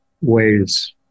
ways